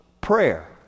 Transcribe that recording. prayer